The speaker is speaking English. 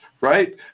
right